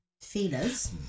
feelers